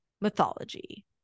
mythology